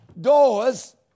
Doors